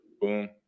boom